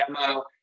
demo